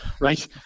right